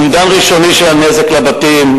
אומדן ראשוני של הנזק לבתים,